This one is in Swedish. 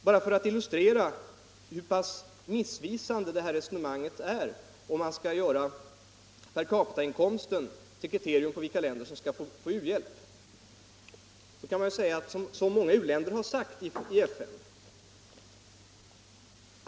Bara för att illustrera hur pass missvisande det här resonemanget är — att man skall göra per capita-inkomsten till kriterium för vilka länder som skall få u-hjälp — kan jag upprepa vad många u-länder har sagt i FN.